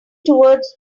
towards